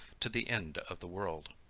to the end of the world.